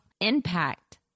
impact